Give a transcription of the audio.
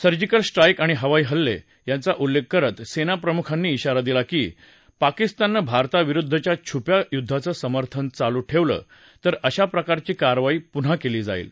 surgical strike आणि हवाई हल्ले यांचा उल्लेख करत सेनाप्रमुखांनी इशारा दिला की पाकिस्ताननं भारताविरुद्धच्या छुप्या युद्धाचं समर्थन चालूच ठेवलं तर अशा प्रकारची कारवाई पुन्हा केली जाईल